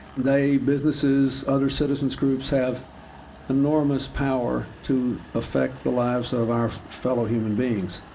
they, businesses, other citizens' groups, have enormous power to affect the lives of our fellow human beings.